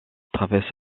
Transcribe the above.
traverse